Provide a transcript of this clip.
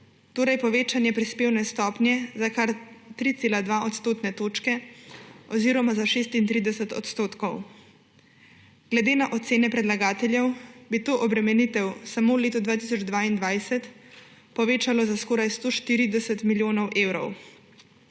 torej povečanje prispevne stopnje za kar 3,2 odstotne točke oziroma za 36 %. Glede na ocene predlagateljev bi to obremenitev samo v letu 2022 povečalo za skoraj 140 milijonov evrov,